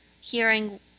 hearing